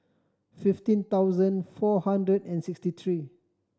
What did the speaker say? fifteen thousand four hundred and sixty three